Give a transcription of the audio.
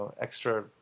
extra